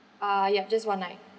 ah ya just one night uh